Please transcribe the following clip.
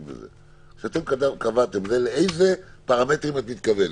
כשאתם קבעתם לאילו פרמטרים אתם מתכוונים?